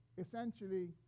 essentially